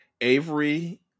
Avery